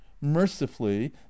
mercifully